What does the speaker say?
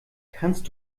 kannst